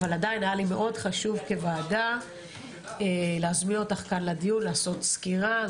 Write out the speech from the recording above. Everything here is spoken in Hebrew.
אבל עדיין היה לי מאוד חשוב כוועדה להזמין אותך כאן לדיון לעשות סקירה.